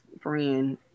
friend